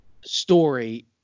story